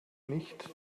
nicht